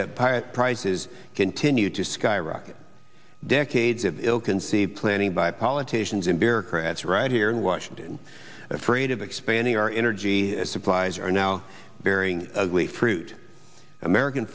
prices continue to skyrocket decades of ill conceived planning by politicians and bureaucrats right here in washington afraid of expanding our energy supplies are now bearing fruit american